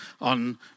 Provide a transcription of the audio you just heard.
on